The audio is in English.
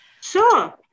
Sure